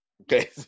Okay